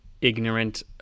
ignorant